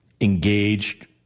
engaged